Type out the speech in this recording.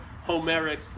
Homeric